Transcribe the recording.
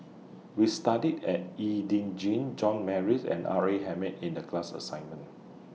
We studied At E Ding John Morrice and R A Hamid in The class assignment